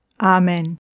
Amen